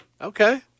Okay